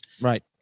Right